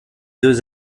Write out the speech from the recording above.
deux